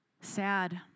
Sad